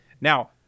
Now